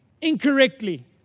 incorrectly